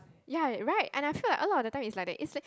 ya right and I feel like a lot the time it's like that it's like